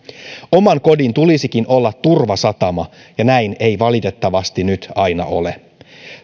oman kodin tulisikin olla turvasatama ja näin ei valitettavasti nyt aina ole